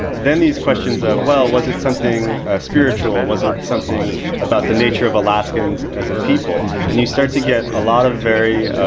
then these questions of, well, was it something ah spiritual? was it something about the nature of alaskan's as a people? and you start to get a lot of very,